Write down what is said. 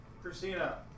Christina